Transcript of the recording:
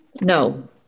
No